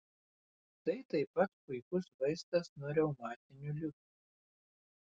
tai taip pat puikus vaistas nuo reumatinių ligų